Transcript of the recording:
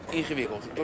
ingewikkeld